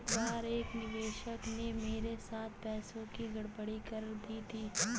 एक बार एक निवेशक ने मेरे साथ पैसों की गड़बड़ी कर दी थी